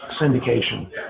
syndication